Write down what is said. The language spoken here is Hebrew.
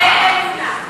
"באמונה", "באמונה".